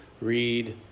Read